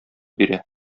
бирә